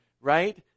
right